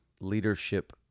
leadership